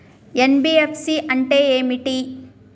NBFC అంటే ఏమిటి?